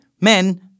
men